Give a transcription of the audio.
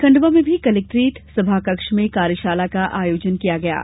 खंडवा में भी कलेक्ट्रेट सभाकक्ष में कार्यशाला का आयोजन किया गया है